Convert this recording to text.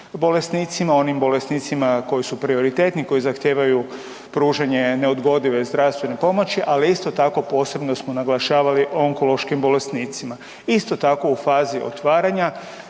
bolesnicima, onim bolesnicima koji su prioritetni, koji zahtijevaju pružanje neodgodive zdravstvene pomoći, ali isto tako posebno smo naglašavali o onkološkim bolesnicima. Isto tako u fazi otvaranja